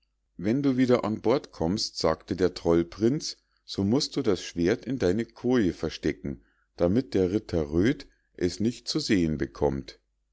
wenn du nun wieder an bord kommst sagte der trollprinz so musst du das schwert in deine koje verstecken damit der ritter röd es nicht zu sehen bekommt